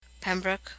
Pembroke